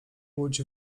łódź